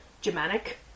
Germanic